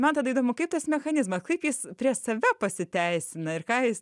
man tada įdomu kaip tas mechanizmas kaip jis prieš save pasiteisina ir ką jis